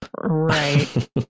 right